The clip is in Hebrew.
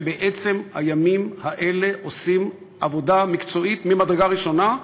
שבעצם הימים האלה עושים עבודה מקצועית ממדרגה ראשונה,